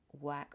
work